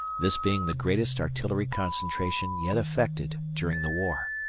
this being the greatest artillery concentration yet effected during the war.